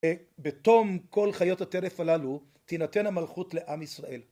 בתום כל חיות הטרף הללו, תינתן המלכות לעם ישראל.